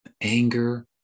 Anger